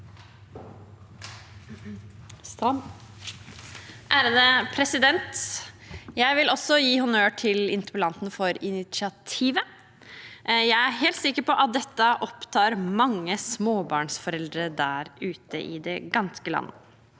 (Sp) Jeg vil også gi honnør til interpellanten for initiativet. Jeg er helt sikker på at dette opptar mange småbarnsforeldre der ute i det ganske land.